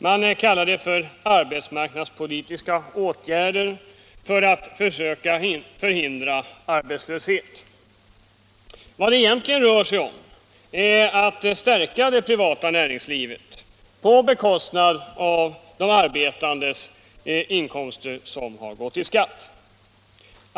Man kallar det för arbetsmarknadspolitiska åtgärder för att söka förhindra arbetslöshet. Vad det egentligen rör sig om är att stärka det privata näringslivet på bekostnad av de arbetandes inkomster, som har gått till skatter.